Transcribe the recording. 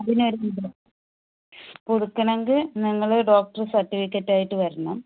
കൊടുക്കണമെങ്കിൽ നിങ്ങള് ഡോക്ടർ സർട്ടിഫിക്കറ്റായിട്ട് വരണം